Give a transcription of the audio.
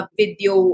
video